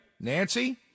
Nancy